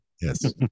Yes